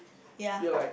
ya